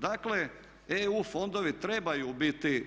Dakle EU fondovi trebaju biti,